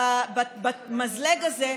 במזלג הזה,